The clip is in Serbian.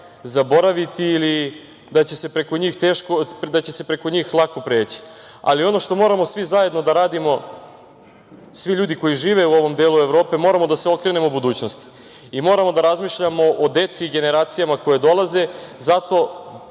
da će se preko njih lako preći. Ono što moramo svi zajedno da radimo, svi ljudi koji žive u ovom delu Evrope, moramo da se okrenemo budućnosti, moramo da razmišljamo o deci i generacijama koje dolaze. Zato